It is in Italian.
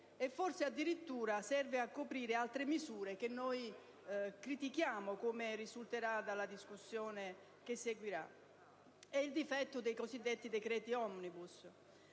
e forse addirittura serve a coprire altre misure che noi critichiamo, come risulterà dalla discussione che seguirà. È il difetto dei cosiddetti decreti *omnibus*.